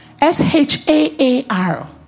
S-H-A-A-R